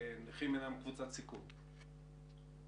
עכשיו לא יהיה בן-אדם בסדר-גודל של אוגדה,